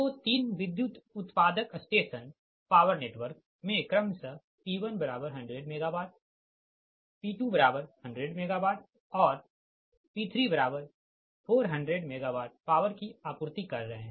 तो तीन विद्युत् उत्पादक स्टेशन पॉवर नेटवर्क में क्रमशः P1100 MW P2100 MW और P3400 MW पॉवर की आपूर्ति कर रहे है